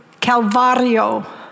calvario